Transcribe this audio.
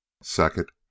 Second